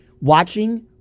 watching